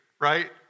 right